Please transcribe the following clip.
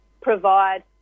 provide